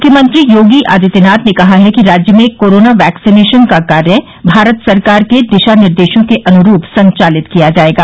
मुख्यमंत्री योगी आदित्यनाथ ने कहा है कि राज्य में कोरोना वैक्सीनेशन कार्य भारत सरकार के दिशा निर्देशों के अनुरूप संचालित किया जायेगा